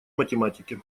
математике